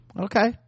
okay